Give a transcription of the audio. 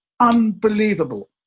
unbelievable